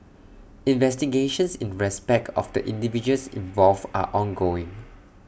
investigations in respect of the individuals involved are ongoing